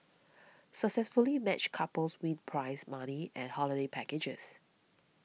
successfully matched couples win prize money and holiday packages